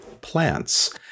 plants